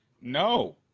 no